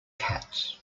cats